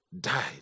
died